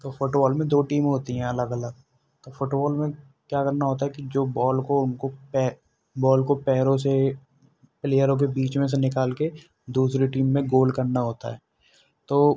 तो फ़ुटवॉल में दो टीम होती हैं अलग अलग तो फ़ुटवॉल में क्या करना होता है कि जो बॉल को उनको बॉल को पैरों से प्लेयरों के बीच में से निकाल के दूसरे टीम में गोल करना होता है तो